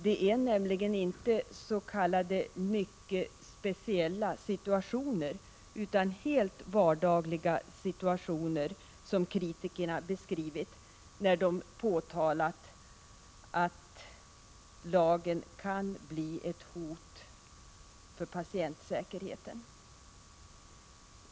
Det är nämligen inte s.k. mycket speciella situationer utan helt vardagliga situationer, som kritikerna beskrivit när de påtalat att lagen kan bli ett hot för patientsäkerheten.